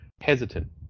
hesitant